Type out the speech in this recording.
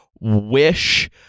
Wish